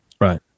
Right